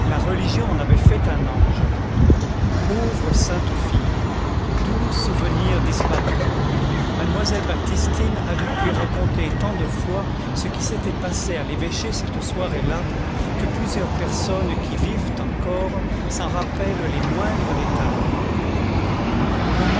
la religion en avait fait un ange pauvre sainte fille doux souvenir disparu mademoiselle baptistine a depuis raconté tant de fois ce qui s'était passé à l'évêché cette soirée là que plusieurs personnes qui vivent encore s'en rappellent les moindres détails au